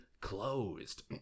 closed